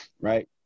Right